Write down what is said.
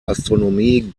astronomie